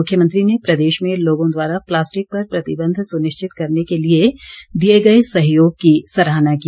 मुख्यमंत्री ने प्रदेश में लोगों द्वारा पलास्टिक पर प्रतिबंध सुनिश्चित करने के लिए दिए गए सहयोग की सराहना की